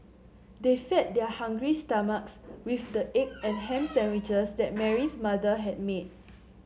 they fed their hungry stomachs with the egg and ham sandwiches that Mary's mother had made